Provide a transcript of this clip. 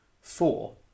four